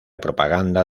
propaganda